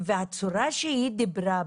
והצורה שהיא דיברה בה,